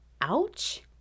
ouch